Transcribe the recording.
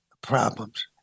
problems